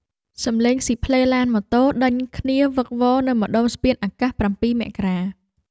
សំឡេងស៊ីផ្លេឡានម៉ូតូដេញគ្នាវឹកវរនៅម្ដុំស្ពានអាកាស ៧ មករា។